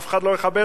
אף אחד לא יכבד.